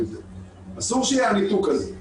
אסור שיהיה הניתוק הזה.